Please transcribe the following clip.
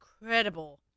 incredible